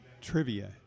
trivia